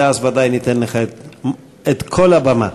ואז ודאי ניתן לך את כל הבמה.